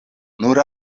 nur